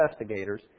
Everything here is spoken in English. investigators